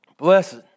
Blessed